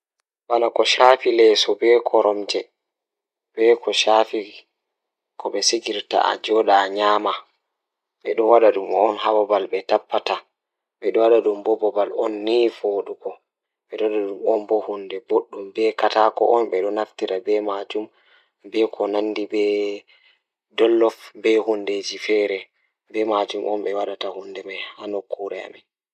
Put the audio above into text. Fota waawaa njiddaade caɗeele ngam njillataa nder dow furniture ngal. Njidi ndiyam e siki ngam sabu fiyaangu e ɗe jooɗi. Fowrude ko kaŋko, njillataa waɗi waɗde no njiddaade ndiyam ngal.